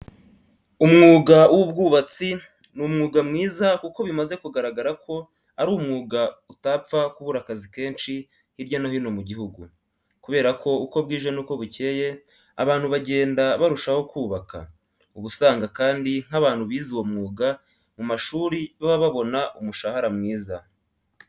Umwuga w'ubaubatsi ni umwuga mwiza kuko bimaze kugaragara ko ari umwuga utapfa kubura akazi kenshi hirya no hino mu gihugu. Kubera ko uko bwije n'uko bukeye abantu bagenda barushaho kubaka. Uba usanga kandi nk'abantu bize uwo mwuga mu mashuri baba babona umushahara mwiza.